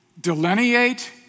delineate